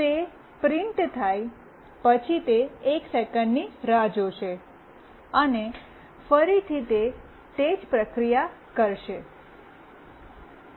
તે પ્રિન્ટ થાઈ પછી તે 1 સેકંડની રાહ જોશે અને ફરીથી તે તે જ પ્રક્રિયા કરશે